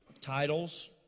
titles